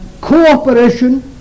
cooperation